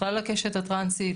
בכלל הקשת הטרנסית,